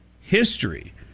history